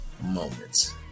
moments